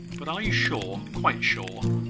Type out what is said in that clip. but are you sure, quite sure,